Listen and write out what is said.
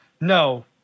no